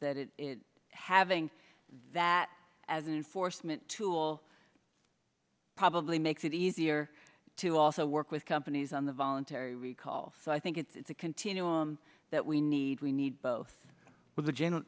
that it is having that as an enforcement tool probably makes it easier to also work with companies on the voluntary recall so i think it's a continuum that we need we need both with the general